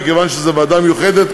מכיוון שזו ועדה מיוחדת,